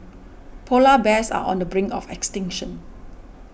Polar Bears are on the brink of extinction